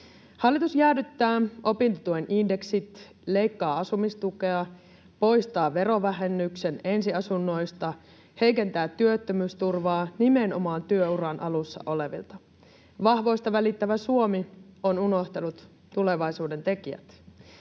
Hallitus jäädyttää opintotuen indeksit, leikkaa asumistukea, poistaa verovähennyksen ensiasunnoista, heikentää työttömyysturvaa nimenomaan työuran alussa olevilta. Vahvoista välittävä Suomi on unohtanut tulevaisuuden tekijät.